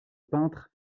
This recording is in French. peintre